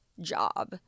job